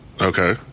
Okay